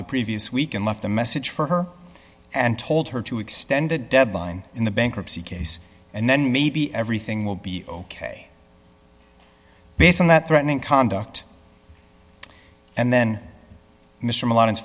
the previous week and left a message for her and told her to extend a deadline in the bankruptcy case and then maybe everything will be ok based on that threatening conduct and then mr milan is